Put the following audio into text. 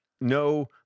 no